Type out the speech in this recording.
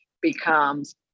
becomes